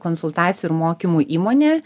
konsultacijų ir mokymų įmonė